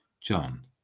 John